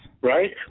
Right